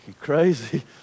crazy